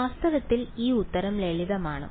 വാസ്തവത്തിൽ ഈ ഉത്തരം ലളിതമാണ്